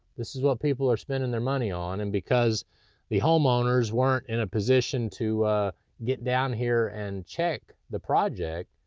this is what people are spending their money on and because the homeowners weren't in a position to get down here and check the project,